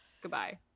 Goodbye